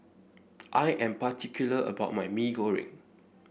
I am particular about my Maggi Goreng